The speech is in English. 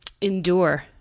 endure